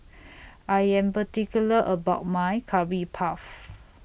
I Am particular about My Curry Puff